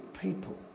people